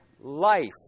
life